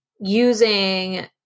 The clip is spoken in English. using